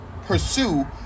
pursue